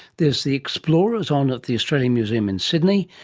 there's the explorers on at the australian museum in sydney,